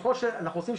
אנחנו עושים,